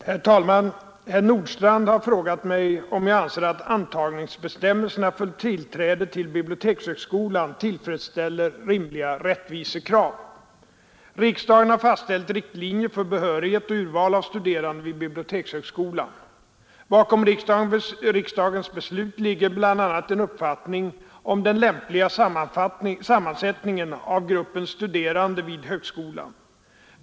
Herr talman! Herr Nordstrandh har frågat mig om jag anser att antagningsbestämmelserna för tillträde till bibliotekshögskolan tillfredsställer rimliga rättvisekrav. Riksdagen har fastställt riktlinjer för behörighet och urval av studerande vid bibliotekshögskolan. Bakom riksdagens beslut ligger bl.a. en uppfattning om den lämpliga sammansättningen av gruppen studerande vid högskolan.